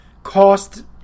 cost